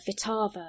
Vitava